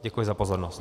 Děkuji za pozornost.